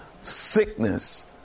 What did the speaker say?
sickness